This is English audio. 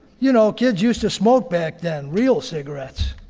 you know, kids used to smoke back then, real cigarettes.